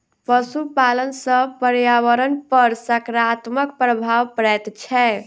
पशुपालन सॅ पर्यावरण पर साकारात्मक प्रभाव पड़ैत छै